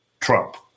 Trump